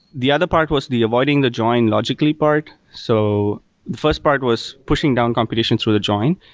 the other part was the avoiding the join logically part. so the first part was pushing down computations with a join.